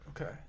Okay